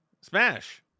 Smash